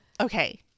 Okay